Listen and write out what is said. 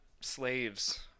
slaves